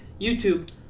YouTube